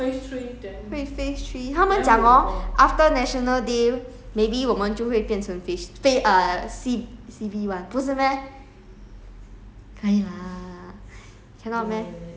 so when's phase three I mm also not sure 不知道几时会 phase three 他们讲 hor after national day maybe 我们就会变成 phase three 他们讲 phase phase err C~ C_B one 不是 meh